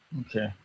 Okay